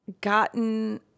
gotten